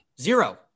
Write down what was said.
Zero